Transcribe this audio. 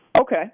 Okay